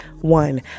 One